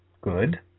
Good